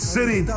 City